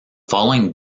following